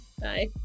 Bye